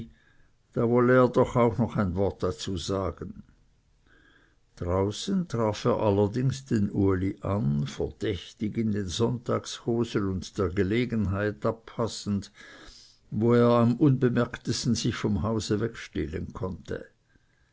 da wolle er doch auch noch ein wort dazu sagen draußen traf er allerdings den uli an verdächtig in den sonntagshosen und der gelegenheit abpassend wo er am unbemerktesten sich vom hause wegstehlen konnte